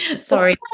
sorry